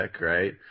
right